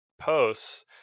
posts